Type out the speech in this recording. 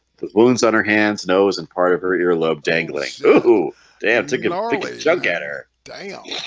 the wounds on her hand snows and part of her earlobe dangling who dance again always don't get her damn